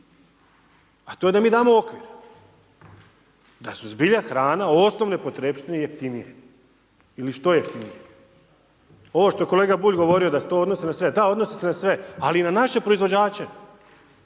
a to je da mi damo okvir, da su zbilja hrana osnovne potrepštine jeftinije ili što jeftinije. Ovo što je kolega Bulj govorio da se to odnosi na sve, da odnosi se na sve, ali i na naše proizvođače